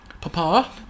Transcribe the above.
Papa